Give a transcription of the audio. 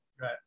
Right